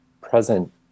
present